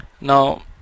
Now